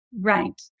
right